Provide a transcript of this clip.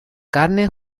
carne